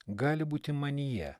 gali būti manyje